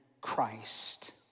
Christ